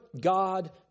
God